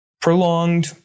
prolonged